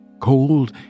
Cold